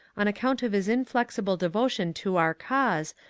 on account of his inflexible devotion to our cause,